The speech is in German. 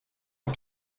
auf